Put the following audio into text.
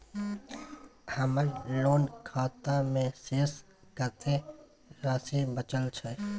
हमर लोन खाता मे शेस कत्ते राशि बचल छै?